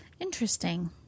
Interesting